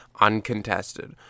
uncontested